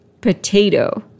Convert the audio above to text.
potato